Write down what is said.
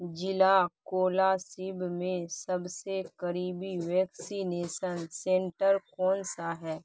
ضلع کولاسیب میں سب سے قریبی ویکسینیسن سنٹر کون سا ہے